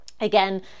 again